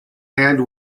hand